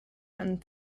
and